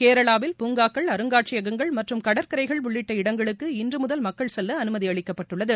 கேரளாவில் பூங்காக்கள் அருங்காட்சியகங்கள் மற்றும் கடற்கரைகள் உள்ளிட்ட இடங்களுக்கு இன்று முதல் மக்கள் செல்ல அனுமதி அளிக்கப் பட்டுள்ளது